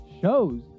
shows